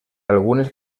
algunes